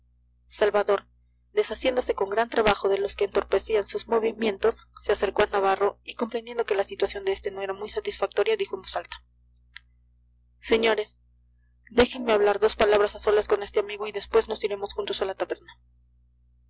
salvador desasiéndose con gran trabajo de los que entorpecían sus movimientos se acercó a navarro y comprendiendo que la situación de este no era muy satisfactoria dijo en voz alta señores déjenme hablar dos palabras a solas con este amigo y después nos iremos juntos a la taberna